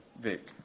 Vic